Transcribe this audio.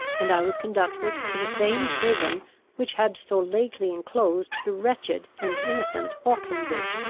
and i was conducted to the same prison which had so lately enclosed the wretched and innocent hawkinses.